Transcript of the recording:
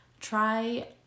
try